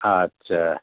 আচ্ছা